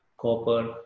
copper